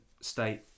state